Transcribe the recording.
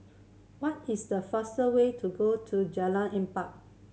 what is the faster way to go to Jalan Empat